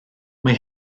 mae